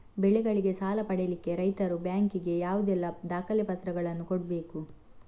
ಬೆಳೆಗಳಿಗೆ ಸಾಲ ಪಡಿಲಿಕ್ಕೆ ರೈತರು ಬ್ಯಾಂಕ್ ಗೆ ಯಾವುದೆಲ್ಲ ದಾಖಲೆಪತ್ರಗಳನ್ನು ಕೊಡ್ಬೇಕು?